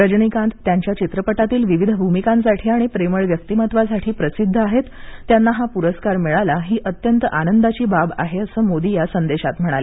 रजनीकांत त्यांच्या चित्रपटातील विविध भूमिकांसाठी आणि प्रेमळ व्यक्तिमत्त्वासाठी प्रसिद्ध आहेत त्यांना हा पुरस्कार मिळाला ही अत्यंत आनंदाची बाब आहे असे मोदी या संदेशात म्हणाले